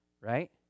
right